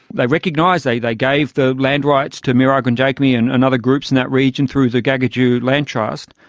they recognised, they they gave the land rights to mirarr gundjeihmi and and other groups in that region through the gagudju land trust,